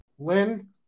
Lynn